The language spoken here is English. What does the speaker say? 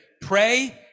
pray